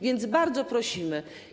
Więc bardzo prosimy.